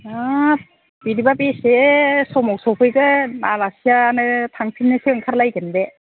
हाब बिदिबा बेसे समाव सफैगोन आलासियानो थांफिननोसो ओंखार लायगोन बे